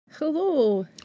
Hello